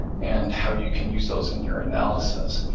and how you can use those in your analysis.